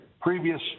previous